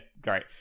great